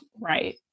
Right